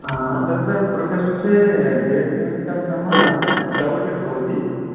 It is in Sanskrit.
तत्र प्रकोष्ठे बेड् निमित्तं नाम डबल् बेड् भवति